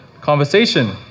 conversation